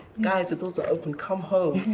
guys, the doors are open. come home.